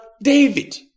David